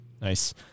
Nice